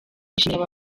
bashimira